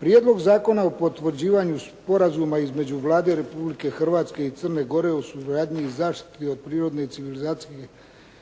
Prijedlog Zakona o potvrđivanju Sporazuma između Vlade Republike Hrvatske i Crne Gore o suradnji u zaštiti od prirodnih i civilizacijskih